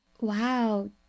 Wow